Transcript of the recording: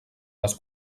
les